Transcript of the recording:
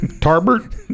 Tarbert